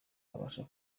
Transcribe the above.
abasha